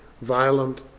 violent